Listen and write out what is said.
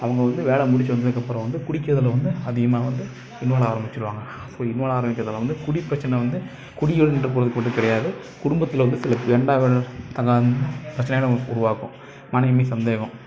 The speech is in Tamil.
அவங்க வந்து வேலை முடிச்சு வந்ததுக்கப்புறம் வந்து குடிக்கிறதில் வந்து அதிகமாக வந்து இன்வால் ஆரமிச்சிருவாங்க ஸோ இன்வால் ஆரமிக்கிறதில் வந்து குடிப் பிரச்சனை வந்து குடிகள் மட்டும் கிடையாது குடும்பத்தில் வந்து சில வேண்டா பிரச்சனைகளும் உருவாகும் மனைவி சந்தேகம்